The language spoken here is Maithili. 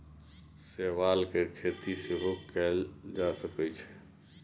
शैवाल केर खेती सेहो कएल जा सकै छै